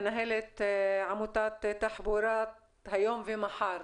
מנהלת עמותת תחבורה היום ומחר.